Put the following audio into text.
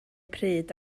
pryd